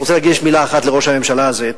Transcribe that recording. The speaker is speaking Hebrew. אני רוצה להקדיש מלה אחת לראש הממשלה הזה,